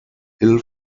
hill